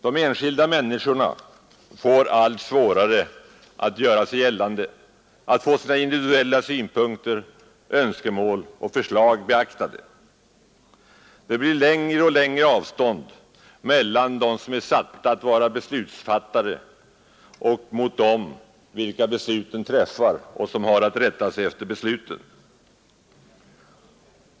De enskilda människorna får allt svårare att göra sig gällande och att få sina individuella synpunkter, önskemål och förslag beaktade. Det blir längre och längre avstånd mellan dem som är satta att vara beslutsfattare och dem som besluten träffar och som har att rätta sig efter besluten.